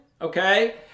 okay